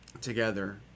together